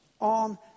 on